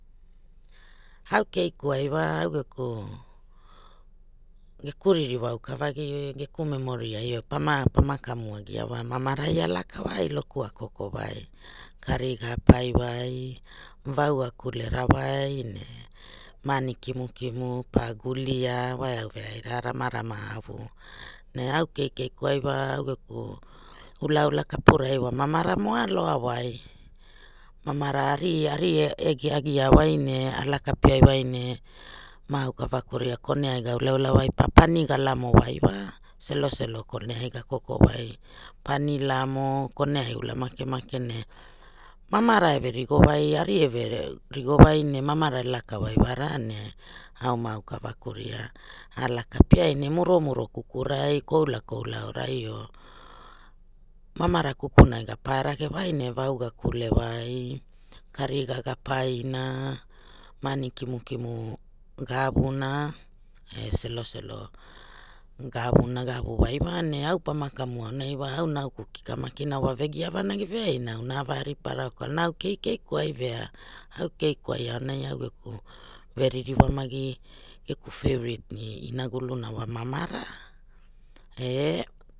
Au keiku ai wa au geku geku ririwa auka vagi geku memoriai e para pana kavuagia wa mavarai a laka wai loku a koko wai kariga paiwai vau a kulera wai ne maani kimukimu pa gulia wa eau veaira ramarama avu ne au keikei kuai wa au geku ulaula kapurai wa mamara mo avaloa wai mamara ari air e giagia wai ne a laka piai wai ne ma aukavaku ria kone ai ga ulaula wai pa pani ga lamo wai wa seloselo koneai ga kokowai ani lamo, koneai ula makemake ne mamara eve rigowai ari eve rigowa ne mamara e laka wai wara e au ma aukavaku ria ga laka piai muromuro kukunai koulakoula aorai or ga avuna ga avuna wai na e au pama kavu aunai wa au nauku kika makina wa vegia vanagi veaina auna ava ripa rao kwalanaau keikei kuai vea au kei kuai aonai augeku verirwa magi geku feivret ne inaguluna ma mamara eh.